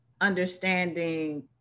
understanding